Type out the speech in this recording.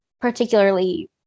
particularly